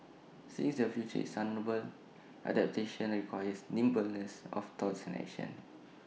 since the future is unknowable adaptation requires nimbleness of thoughts and action